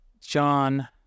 John